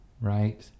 Right